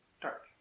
dark